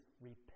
repent